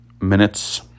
Minutes